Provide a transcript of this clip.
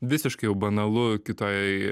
visiškai jau banalu kitoj